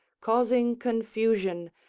causing confusion,